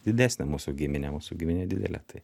didesnę mūsų giminę mūsų giminė didelė tai